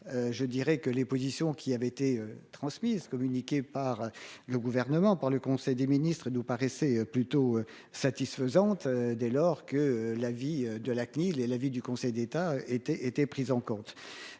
Je dirais que les positions qui avait été transmise communiqué par le gouvernement, par le Conseil des ministres et nous paraissait plutôt satisfaisante. Dès lors que l'avis de la CNIL est l'avis du Conseil d'État était étaient prise en compte